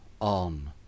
on